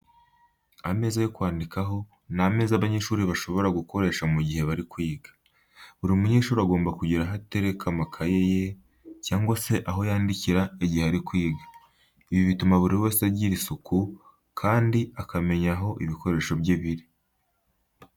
Ameza yo kwandikiraho ni ameza abanyeshuri bashobora gukoresha mu gihe bari kwiga. Buri munyeshuri agomba kugira aho atereka amakayi ye cyangwa se aho yandikira igihe ari kwiga. Ibi bituma buri wese agira isuku, kandi akamenya aho ibikoresho bye biri.